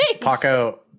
Paco